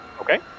Okay